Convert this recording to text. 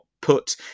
put